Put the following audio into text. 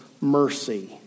mercy